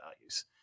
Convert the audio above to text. values